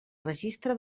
registre